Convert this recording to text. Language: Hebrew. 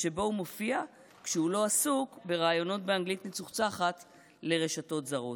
ושבו הוא מופיע כשהוא לא עסוק בראיונות באנגלית מצוחצחת לרשתות זרות.